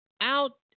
out